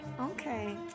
Okay